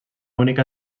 única